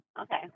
Okay